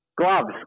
Gloves